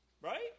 right